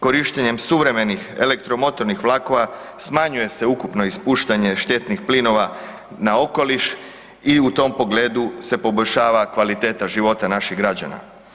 Korištenjem suvremenih elektromotornih vlakova, smanjuje se ukupno ispuštanje štetnih plinova na okoliš i u tom pogledu se poboljšava kvaliteta života naših građana.